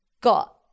got